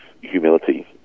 humility